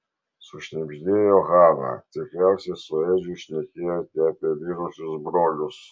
sušnibždėjo hana tikriausiai su edžiu šnekėjote apie mirusius brolius